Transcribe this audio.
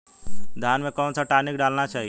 धान में कौन सा टॉनिक डालना चाहिए?